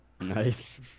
Nice